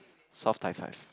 soft high five